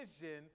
Vision